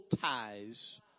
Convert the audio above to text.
ties